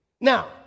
Now